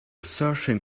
searching